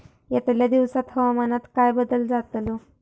यतल्या दिवसात हवामानात काय बदल जातलो?